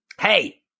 Hey